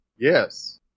Yes